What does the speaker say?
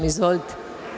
Izvolite.